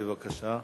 בבקשה.